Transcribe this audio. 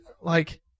like-